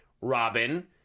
Robin